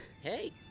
Hey